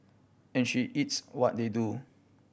and she eats what they do